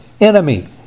enemy